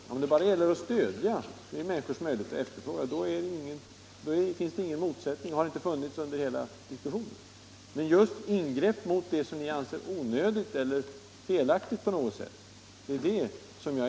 Om det bara gäller att stödja människors möjlighet att efterfråga kultur och fritidsaktiviteter finns det ingen motsättning och har inte funnits under hela diskussionen. Men avser ni att ingripa mot det som ni anser onödigt eller felaktigt?